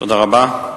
תודה רבה.